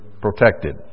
protected